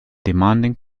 demanding